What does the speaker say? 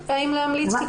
האם להמליץ כקבוצה או לא?